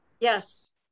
Yes